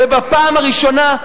ובפעם הראשונה,